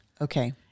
okay